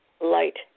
light